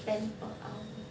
ten per hour